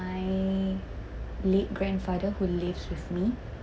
my late grandfather who lives with me